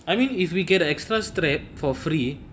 I mean if we get an extra strap for free